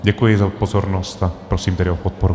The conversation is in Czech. Děkuji za pozornost a prosím tedy o podporu.